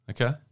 Okay